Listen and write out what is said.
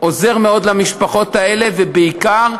עוזר מאוד למשפחות האלה, ובעיקר,